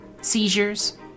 seizures